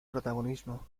protagonismo